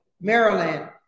Maryland